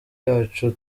yacu